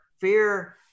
fear